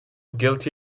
guilty